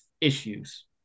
issues